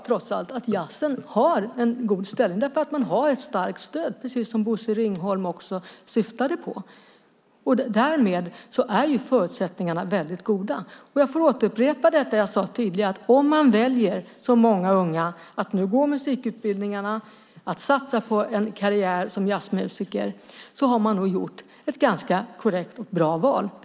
Trots allt har jazzen en god ställning, för den har ett starkt stöd, precis som Bosse Ringholm syftade på. Därmed är förutsättningarna väldigt goda. Jag kan upprepa det jag sade tidigare: Om man väljer, som många unga gör, att gå musikutbildningarna och att satsa på en karriär som jazzmusiker har man nog gjort ett ganska korrekt och bra val.